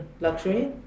luxury